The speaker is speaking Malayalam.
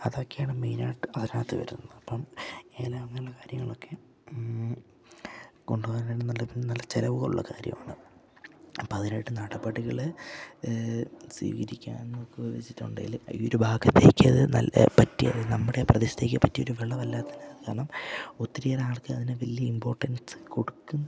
അതൊക്കെയാണ് മെയിനായിട്ട് അതിനകത്ത് വരുന്നത് അപ്പം ഏലം അങ്ങനെയുള്ള കാര്യങ്ങളൊക്കെ കൊണ്ടു പോകാൻ ആണെന്നുണ്ടെങ്കിൽ നല്ല ചിലവുള്ള കാര്യമാണ് അപ്പം അതിനായിട്ട് നടപടികൾ സ്വീകരിക്കുക എന്നൊക്കെ വച്ചിട്ടുണ്ടെങ്കിൽ ഈ ഒരു ഭാഗത്തേക്ക് അത് നല്ല പറ്റിയ നമ്മുടെ പ്രദേശത്തേക്ക് പറ്റിയ ഒരു വിളവല്ല അതിന് കാരണം ഒത്തിരിയേറെ ആൾക്ക് അതിന് വലിയ ഇമ്പോർട്ടൻസ് കൊടുക്കാം